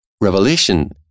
Revelation